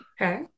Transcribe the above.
Okay